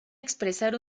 expresar